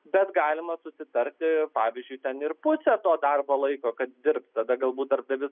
bet galima susitarti pavyzdžiui ten ir pusę to darbo laiko kad dirbs tada galbūt darbdavys